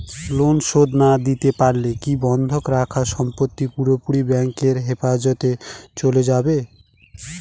Loan শোধ না দিতে পারলে কি বন্ধক রাখা সম্পত্তি পুরোপুরি ব্যাংকের হেফাজতে চলে যাবে?